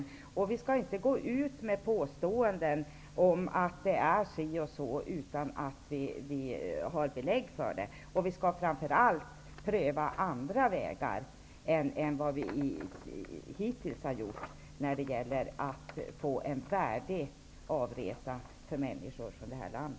Vi skall heller inte utan belägg göra påståenden att det är si eller så. Framför allt måste andra vägar prövas än vad som hittills har gjorts för att människor skall få en värdig avresa från vårt land.